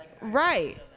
Right